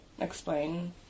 explain